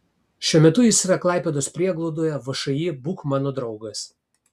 šiuo metu jis yra klaipėdos prieglaudoje všį būk mano draugas